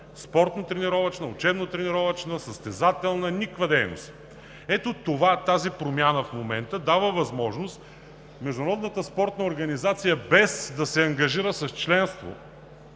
спортно-тренировъчна, учебно-тренировъчна, състезателна, никаква дейност. Ето тази промяна в момента дава възможност Международната спортна организация, без да се ангажира с членство,